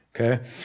okay